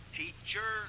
teacher